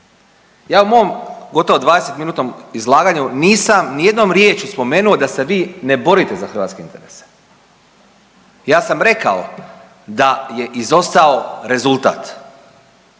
Ja u mom gotovo 20-minutnom izlaganju nisam nijednom riječju spomenuo da se vi ne borite za hrvatske interese. Ja sam rekao da je izostao rezultat.